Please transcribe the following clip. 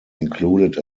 included